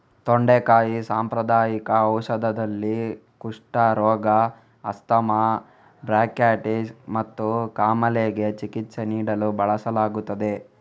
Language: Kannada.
ತೊಂಡೆಕಾಯಿ ಸಾಂಪ್ರದಾಯಿಕ ಔಷಧದಲ್ಲಿ, ಕುಷ್ಠರೋಗ, ಆಸ್ತಮಾ, ಬ್ರಾಂಕೈಟಿಸ್ ಮತ್ತು ಕಾಮಾಲೆಗೆ ಚಿಕಿತ್ಸೆ ನೀಡಲು ಬಳಸಲಾಗುತ್ತದೆ